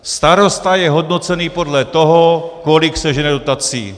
Starosta je hodnocený podle toho, kolik sežene dotací.